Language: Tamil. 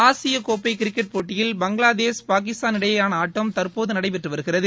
ஆசியக்கோப்பை கிரிக்கெட் போட்டியில் பங்களாதேஷ் பாகிஸ்தான் இடையேயான ஆட்டம் தற்போது நடைபெற்று வருகிறது